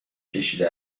کشیده